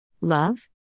Love